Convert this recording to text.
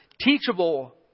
teachable